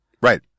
right